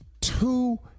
two